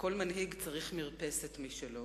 וכל מנהיג צריך מרפסת משלו.